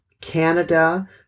Canada